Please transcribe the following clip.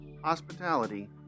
hospitality